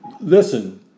listen